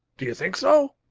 do you think so?